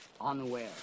unaware